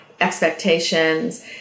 expectations